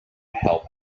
help